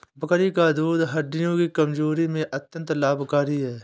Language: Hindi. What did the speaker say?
बकरी का दूध हड्डियों की कमजोरी में अत्यंत लाभकारी है